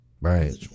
right